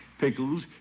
pickles